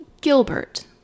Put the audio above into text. Gilbert